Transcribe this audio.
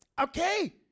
Okay